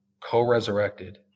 co-resurrected